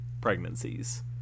pregnancies